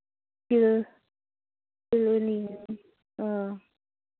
ꯑ